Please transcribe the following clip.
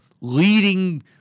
leading